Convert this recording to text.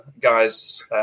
guys